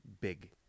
big